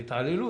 זו התעללות.